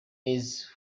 eazi